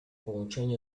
połączenie